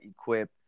equip